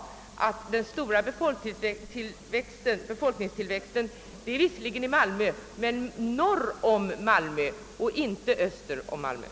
Dessutom, den stora befolkningstillväxten kommer visserligen att ske i Malmö och norr om staden men inte öster om den.